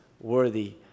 worthy